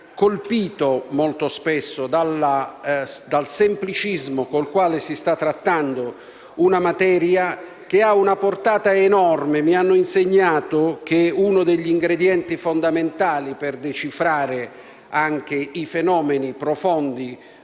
colpito, molto spesso, dal semplicismo con il quale si sta trattando una materia che ha una portata enorme. Mi hanno insegnato che uno degli ingredienti fondamentali per decifrare anche i fenomeni profondi